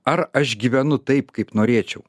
ar aš gyvenu taip kaip norėčiau